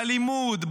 בלימוד,